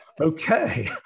Okay